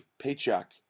paycheck